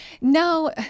no